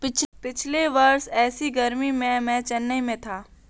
पिछले वर्ष ऐसी गर्मी में मैं चेन्नई में था